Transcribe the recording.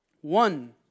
One